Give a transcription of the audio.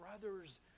brothers